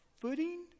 footing